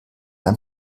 ein